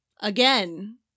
Again